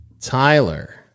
Tyler